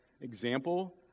example